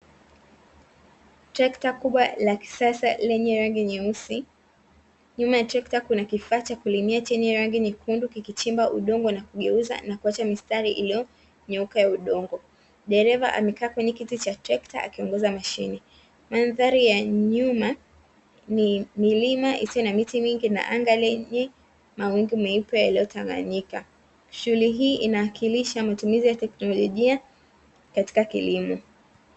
Trekta kubwa la kisasa lenye rangi nyeusi, nyuma ya trekta kuna kifaa cha kulimia chenye rangi nyekundu kikichimba udongo na kugeuza na kuacha mistari iliyonyooka ya udongo, dereva amekaa kwenye kiti cha trekta akiongoza mashine, mandhari ya nyuma ni milima isiyo na miti mingi na anga lenye mawingu meupe yaliyotawanyika. Shughuli hii inawakilisha matumizi ya teknolojia katika kilimo.